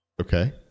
Okay